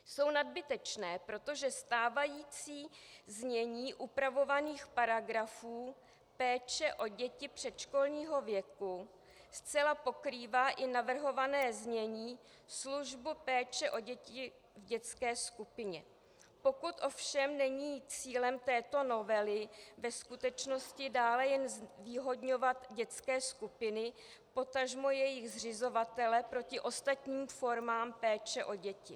Jsou nadbytečné, protože stávající znění upravovaných paragrafů péče o děti předškolního věku zcela pokrývá i navrhované znění službu péče o děti v dětské skupině, pokud ovšem není cílem této novely ve skutečnosti dále jen zvýhodňovat dětské skupiny, potažmo jejich zřizovatele, proti ostatním formám péče o děti.